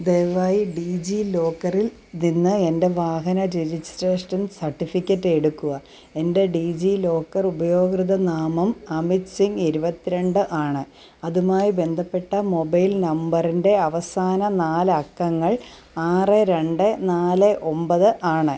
ദയവായി ഡിജി ലോക്കറിൽ നിന്ന് എൻ്റെ വാഹന രജിസ്ട്രേഷൻ സർട്ടിഫിക്കറ്റ് എടുക്കുക എൻ്റെ ഡിജി ലോക്കർ ഉപഭോക്തൃനാമം അമിത് സിംഗ് ഇരുപത്ത് രണ്ട് ആണ് അതുമായി ബന്ധപ്പെട്ട മൊബൈൽ നമ്പറിൻ്റെ അവസാന നാലക്കങ്ങൾ ആറ് രണ്ട് നാല് ഒൻപത് ആണ്